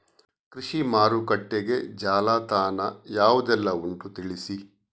ಕೃಷಿ ಮಾರುಕಟ್ಟೆಗೆ ಜಾಲತಾಣ ಯಾವುದೆಲ್ಲ ಉಂಟು ತಿಳಿಸಿ